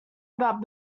about